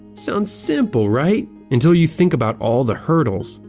sounds simple right? until you think about all the hurdles.